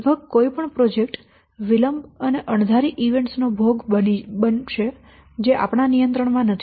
લગભગ કોઈ પણ પ્રોજેક્ટ વિલંબ અને અણધારી ઇવેન્ટ્સ નો ભોગ બનશે જે આપણા નિયંત્રણ માં નથી